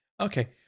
Okay